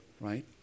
right